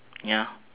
ya